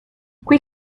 qui